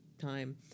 time